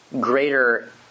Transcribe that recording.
greater